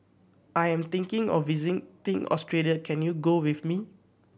I am thinking of visiting Australia can you go with me